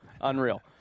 unreal